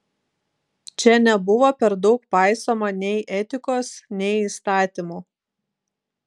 čia nebuvo per daug paisoma nei etikos nei įstatymų